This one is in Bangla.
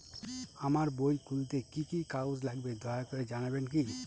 আমার বই খুলতে কি কি কাগজ লাগবে দয়া করে জানাবেন কি?